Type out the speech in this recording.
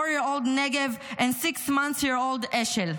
four-year-old Negev and six-month-old Eshel.